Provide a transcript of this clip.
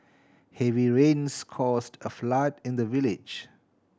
heavy rains caused a flood in the village